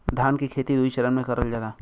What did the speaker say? धान के खेती दुई चरन मे करल जाला